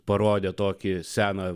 parodė tokį seną